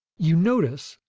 you notice,